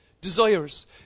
desires